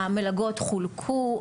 המלגות חולקו,